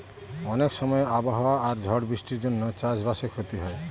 অনেক সময় আবহাওয়া আর ঝড় বৃষ্টির জন্য চাষ বাসে ক্ষতি হয়